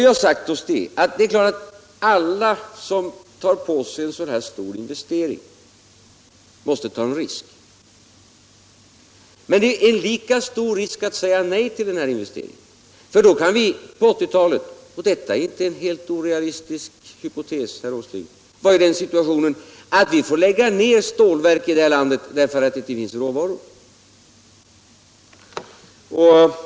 Vi har sagt oss att det är klart att alla som gör en så här stor investering måste ta en risk. Men det är lika stor risk att säga nej till investeringen. Då kan vi — och detta är inte en helt orealistisk hypotes, herr Åsling —- på 1980-talet vara i situationen att vi får lägga ner stålverken här i landet för att det inte finns råvaror.